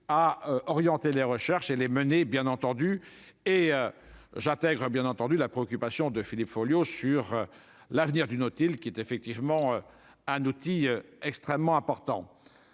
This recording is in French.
à orienter les recherches et les mener bien entendu et j'intègre, bien entendu, la préoccupation de Philippe Folliot sur l'avenir du Nautile, qui est effectivement un outil extrêmement important,